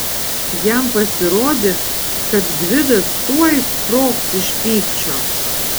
jam pasirodė kad gvidas tuoj sprogs iš pykčio